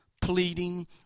pleading